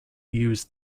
use